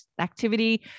activity